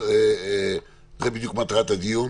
בדיוק מטרת הדיון,